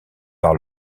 par